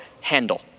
handle